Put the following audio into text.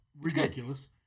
Ridiculous